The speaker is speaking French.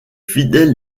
fidèles